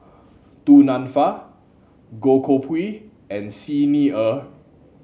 Du Nanfa Goh Koh Pui and Xi Ni Er